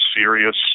serious